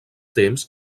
temps